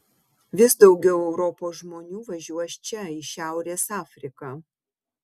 vis daugiau europos žmonių važiuos čia į šiaurės afriką